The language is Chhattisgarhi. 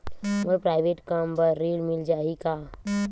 मोर प्राइवेट कम बर ऋण मिल जाही का?